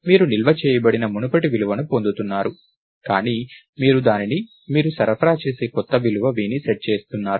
మీరు నిల్వ చేయబడిన మునుపటి విలువను పొందుతున్నారు కానీ మీరు దానిని మీరు సరఫరా చేసే కొత్త విలువ v ని సెట్ చేస్తున్నారు